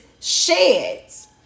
sheds